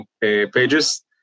pages